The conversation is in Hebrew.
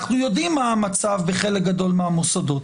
אנחנו יודעים מה המצב בחלק גדול מהמוסדות.